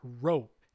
rope